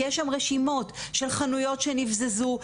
כי יש רשימות של חנויות שנבזזו,